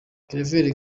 claver